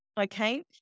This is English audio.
Okay